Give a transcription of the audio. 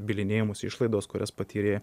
bylinėjimosi išlaidos kurias patyrė